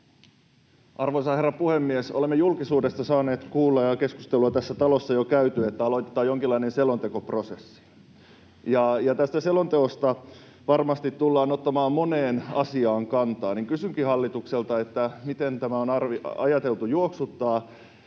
Arvoisa herra puhemies! Olemme julkisuudesta saaneet kuulla, ja keskustelua on myös tässä talossa jo käyty, että aloitetaan jonkinlainen selontekoprosessi. Tässä selonteossa varmasti tullaan ottamaan moneen asiaan kantaa. Kysynkin hallitukselta: Miten tämä on ajateltu juoksuttaa?